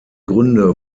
gründe